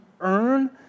earn